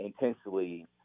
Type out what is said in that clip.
intensely